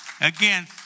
Again